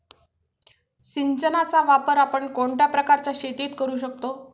सिंचनाचा वापर आपण कोणत्या प्रकारच्या शेतीत करू शकतो?